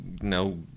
no